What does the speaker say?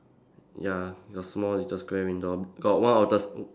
ya a small little square window got one outer s~